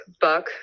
Buck